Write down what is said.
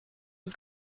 and